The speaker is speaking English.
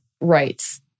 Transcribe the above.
rights